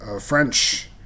French